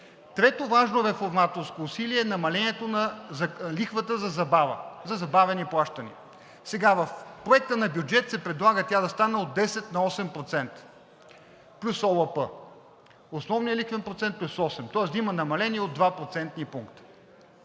Трето важно реформаторско усилие е намалението на лихвата за забавени плащания. В Проекта на бюджет се предлага тя да стане от 10 на 8% плюс ОЛП – основният лихвен процент плюс 8, тоест да има намаление от два